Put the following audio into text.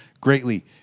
greatly